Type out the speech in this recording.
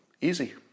Easy